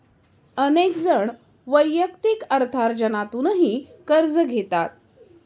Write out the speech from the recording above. अनेक जण वैयक्तिक अर्थार्जनातूनही कर्ज घेतात